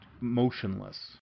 motionless